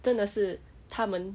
真的是他们